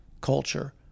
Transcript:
culture